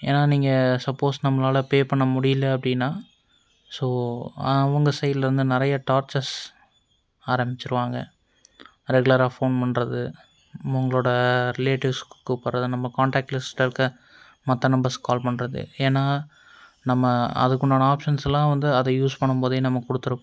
ஏன்னா நீங்கள் சப்போஸ் நம்மளால் பே பண்ண முடியல அப்படினா ஸோ அவங்க சைடில் இருந்து நிறைய டார்ச்சர்ஸ் ஆரம்பிச்சிடுவாங்க ரெகுலராக ஃபோன் பண்ணுறது உங்களோட ரிலேட்டிவ்ஸ் கூப்பிட்றது நம்ம கான்டேக்ட் லிஸ்ட்டில் இருக்க மற்ற நம்பர்ஸுக்கு கால் பண்ணுறது ஏன்னா நம்ம அதுக்குண்டான ஆப்ஷன்ஸ்லாம் வந்து அதை யூஸ் பண்ணும்போது நம்ம கொடுத்துருப்போம்